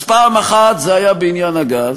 אז פעם אחת זה היה בעניין הגז,